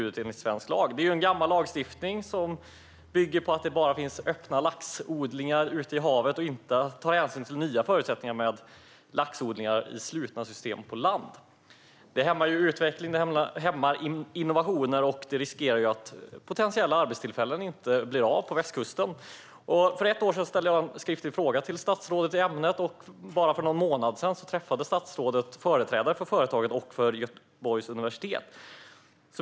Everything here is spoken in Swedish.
Det är en gammal lagstiftning som bygger på att det bara finns öppna laxodlingar ute i havet och inte tar hänsyn till nya förutsättningar med laxodlingar i slutna system på land. Det här hämmar utveckling och innovationer och riskerar att medföra att potentiella arbetstillfällen på västkusten inte blir av. För ett år sedan ställde jag en skriftlig fråga till statsrådet i ämnet, och bara för någon månad sedan träffade statsrådet företrädare för företaget och för Göteborgs universitet.